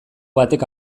batek